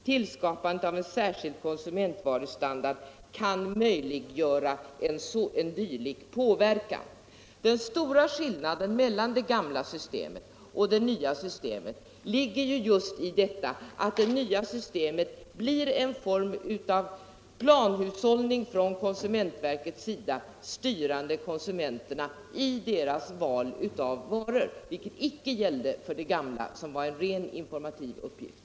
Tillskapandet av en särskild konsumentvarustandard kan möjliggöra en dylik påverkan,” Den stora skillnaden mellan det gamla systemet och det nya systemet ligger ju just i att det nya systemet blir en form av planhushållning från konsumentverkets sida, styrande konsumenterna i deras val av varor, vilket icke gällde för det gamla systemet, som hade en rent informativ uppgift.